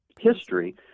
history